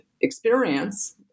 experience